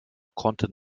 konnte